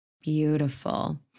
beautiful